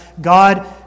God